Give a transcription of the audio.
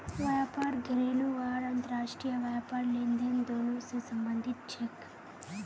व्यापार घरेलू आर अंतर्राष्ट्रीय व्यापार लेनदेन दोनों स संबंधित छेक